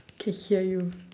can hear you